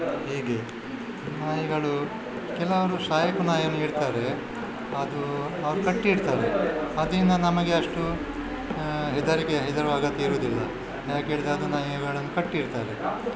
ಹೀಗೆ ನಾಯಿಗಳು ಕೆಲವರು ಸಾಕು ನಾಯಿಯನ್ನು ಇಡ್ತಾರೆ ಅದು ಅವರು ಕಟ್ಟಿ ಇಡ್ತಾರೆ ಅದರಿಂದ ನಮಗೆ ಅಷ್ಟು ಹೆದರಿಕೆ ಹೆದರುವ ಅಗತ್ಯ ಇರೋದಿಲ್ಲ ಯಾಕೆ ಹೇಳಿದ್ರೆ ಅದು ನಾಯಿಗಳನ್ನು ಕಟ್ಟಿ ಇಡ್ತಾರೆ